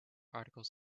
articles